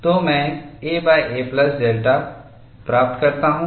तो मैं aa plus delta प्राप्त करता हूं